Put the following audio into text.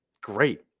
great